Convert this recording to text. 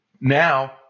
Now